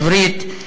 עברית,